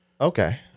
Okay